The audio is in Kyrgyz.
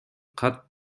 кат